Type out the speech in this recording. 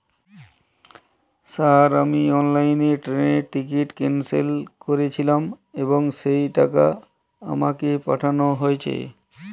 Sir আমি অনলাইনে ট্রেনের টিকিট ক্যানসেল করেছিলাম এবং সেই টাকা আমাকে পাঠানো হয়েছে?